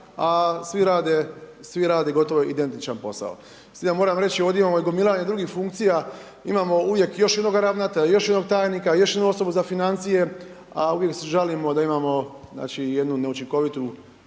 drugima, a svi rade gotovo identičan posao. S time da moram ovdje reći, ovdje imamo i gomilanje drugih funkcija. Imamo uvijek još jednoga ravnatelja, još jednog tajnika, još jednu osobu za financije, a uvijek se žalimo da imamo znači jednu neučinkovitu